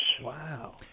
Wow